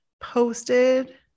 posted